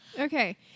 Okay